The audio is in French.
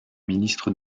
ministre